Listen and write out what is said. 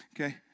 Okay